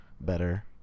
better